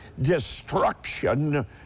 destruction